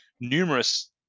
numerous